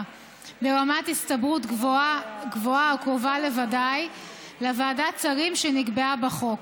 ברמת הסתברות גבוהה או קרובה לוודאי לוועדת שרים שנקבעה בחוק.